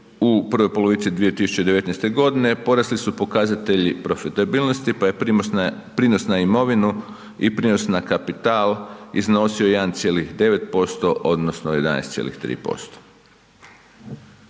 u prvoj polovici 2019. godine porasli su pokazatelji profitabilnosti pa je prinos na imovinu i prinos na kapital iznosio 1,9% odnosno 11,3%.